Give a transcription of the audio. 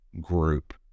group